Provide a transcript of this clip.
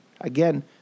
Again